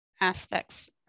aspects